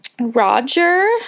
Roger